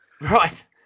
right